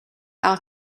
out